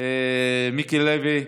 ומיקי לוי,